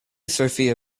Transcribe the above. sophia